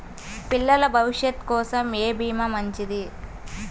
పిల్లల భవిష్యత్ కోసం ఏ భీమా మంచిది?